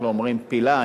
אומרים פילה,